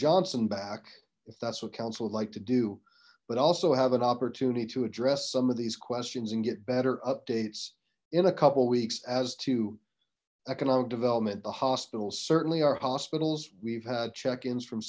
johnson back if that's what counsel would like to do but also have an opportunity to address some of these questions and get better updates in a couple weeks as to economic development the hospital certainly our hospitals we've had check ins from